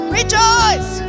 rejoice